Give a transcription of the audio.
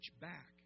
back